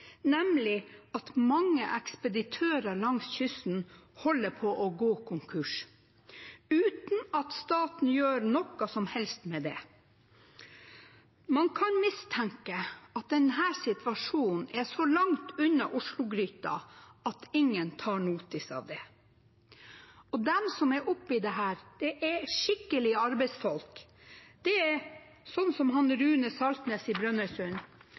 nemlig at mange ekspeditører langs kysten holder på å gå konkurs – uten at staten gjør noe som helst med det. Man kan mistenke at denne situasjonen er så langt unna Oslo-gryta at ingen tar notis av det. De som står oppi dette, er skikkelige arbeidsfolk. Det er sånne som Rune Saltnes i Brønnøysund, som Jan Hermann Lyder i